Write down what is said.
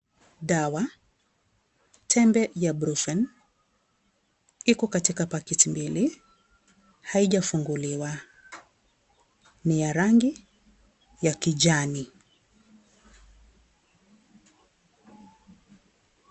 Dawa tembe ya brufen iko katika paketi mbili haijafunguliwa ni ya rangi ya kijani .